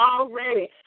already